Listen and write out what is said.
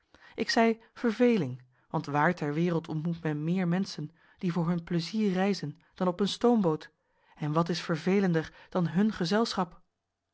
ik zei verveling want waar ter wereld ontmoet men meer menschen die voor hun plezier reizen dan op een stoomboot en wat is vervelender dan hun gezelschap